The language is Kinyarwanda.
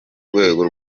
rwego